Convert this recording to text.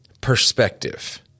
perspective